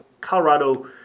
Colorado